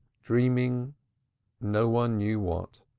dreaming no one knew what.